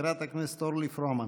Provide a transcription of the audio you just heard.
חברת הכנסת אורלי פרומן.